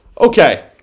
Okay